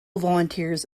volunteers